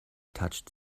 touched